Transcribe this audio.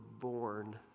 born